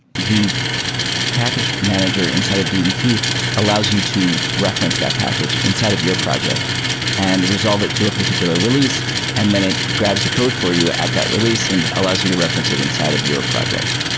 the package manager inside of dbt allows you to reference that package inside of your project and resolve it to a particular release and then it grabs the code for you at that release and it allows you to reference it inside of your project.